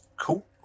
cool